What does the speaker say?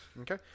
Okay